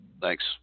Thanks